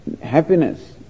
happiness